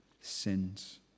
sins